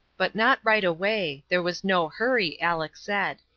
but not right away there was no hurry, aleck said.